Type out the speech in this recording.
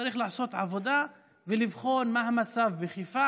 צריך לעשות עבודה ולבחון מה המצב גם בחיפה.